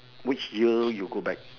which year you go back